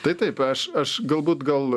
tai taip aš aš galbūt gal